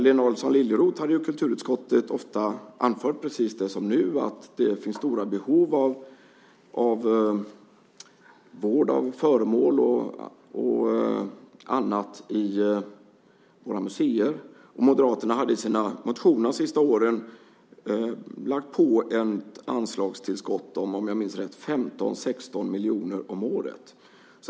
Lena Adelsohn Liljeroth har i kulturutskottet ofta anfört, precis som nu, att det finns stora behov av vård av föremål och annat i våra museer. Moderaterna har i de senaste årens motioner lagt fram förslag på ett anslagstillskott, om jag minns rätt, om 15-16 miljoner om året.